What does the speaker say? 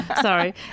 Sorry